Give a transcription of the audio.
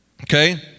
Okay